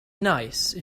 nice